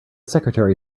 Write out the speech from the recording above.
secretary